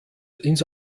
ins